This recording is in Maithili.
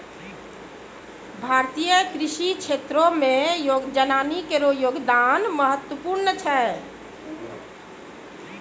भारतीय कृषि क्षेत्रो मे जनानी केरो योगदान महत्वपूर्ण छै